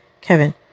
Kevin